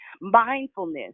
mindfulness